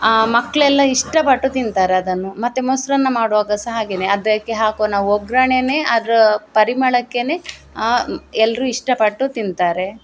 ಮಕ್ಕಳೆಲ್ಲ ಇಷ್ಟಪಟ್ಟು ತಿಂತಾರೆ ಅದನ್ನು ಮತ್ತೆ ಮೊಸರನ್ನ ಮಾಡುವಾಗ ಸಹಾ ಹಾಗೆಯೇ ಅದಕ್ಕೆ ಹಾಕುವ ನಾವು ಒಗ್ಗರಣೆಯೇ ಅದರ ಪರಿಮಳಕ್ಕೇನೆ ಎಲ್ಲರೂ ಇಷ್ಟಪಟ್ಟು ತಿಂತಾರೆ